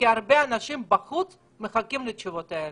משרד הבריאות כי הרבה אנשים בחוץ מחכים לתשובות האלה.